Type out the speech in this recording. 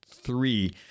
three